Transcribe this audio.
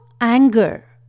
anger